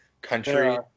country